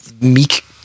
meek